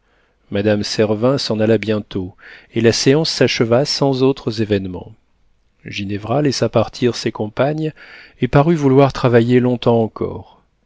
madame servin s'en alla bientôt et la séance s'acheva sans autres événements ginevra laissa partir ses compagnes et parut vouloir travailler longtemps encore